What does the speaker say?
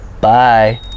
Bye